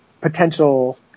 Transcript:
potential